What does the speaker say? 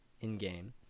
in-game